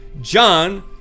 John